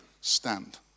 Stand